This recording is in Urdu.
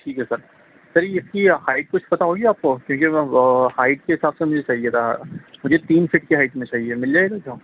ٹھیک ہے سر سر اس کی ہائٹ کچھ پتا ہوگی آپ کو کیونکہ میں وہ ہائٹ کے حساب سے مجھے چاہیے تھا مجھے تین فٹ کے ہائٹ میں چاہیے مل جائے گا کیا